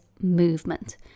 movement